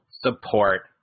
support